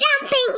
Jumping